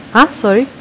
!huh! sorry